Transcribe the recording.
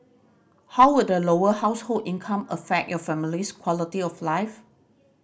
how would a lower household income affect your family's quality of life